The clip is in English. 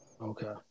Okay